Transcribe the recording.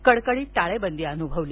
कडकडीत टाळेबंदी अनुभवली